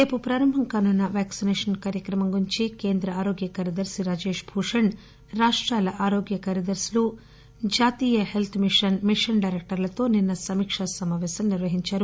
రేపు ప్రారంభం కానున్న వ్యాక్సినేషన్ కార్యక్రమం గురించి కేంద్ర ఆరోగ్య కార్యదర్శి రాజేష్ భూషణ్ రాష్టాల ఆరోగ్య కార్యదర్శులు జాతీయ హెల్త్ మిషన్ మిషన్ డైరక్టర్లతో నిన్న సమీక్ష సమాపేశం నిర్వహించారు